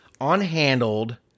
unhandled